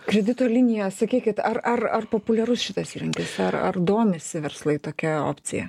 kredito linija sakykit ar ar ar populiarus šitas įrankis ar ar domisi verslai tokia opcija